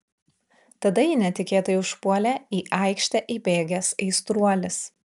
tada jį netikėtai užpuolė į aikštę įbėgęs aistruolis